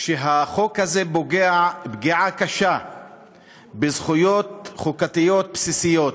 שהחוק הזה פוגע פגיעה קשה בזכויות חוקתיות בסיסיות.